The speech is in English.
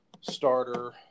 starter